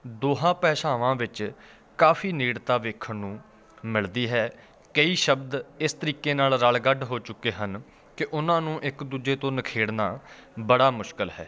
ਦੋਹਾਂ ਭਾਸ਼ਾਵਾਂ ਵਿੱਚ ਕਾਫ਼ੀ ਨੇੜਤਾ ਵੇਖਣ ਨੂੰ ਮਿਲਦੀ ਹੈ ਕਈ ਸ਼ਬਦ ਇਸ ਤਰੀਕੇ ਨਾਲ਼ ਰਲਗੱਡ ਹੋ ਚੁੱਕੇ ਹਨ ਕਿ ਉਹਨਾਂ ਨੂੰ ਇੱਕ ਦੂਜੇ ਤੋਂ ਨਿਖੇੜਨਾ ਬੜਾ ਮੁਸ਼ਕਲ ਹੈ